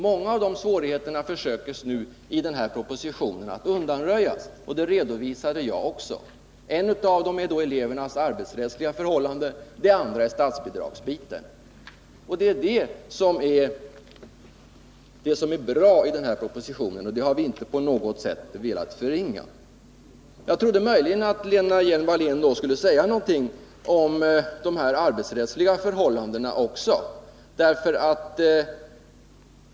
Många av dessa svårigheter försöker man i propositionen att undanröja, och det redovisade jag också. En svårighet är elevernas arbetsrättsliga förhållande. En annan är statsbidragsdelen. Att man försöker undanröja dessa svårigheter är det som är bra i denna proposition. Det har vi inte på något sätt velat förringa. Jag trodde möjligen att Lena Hjelm-Wallén skulle säga något om de arbets ättsliga förhållandena också.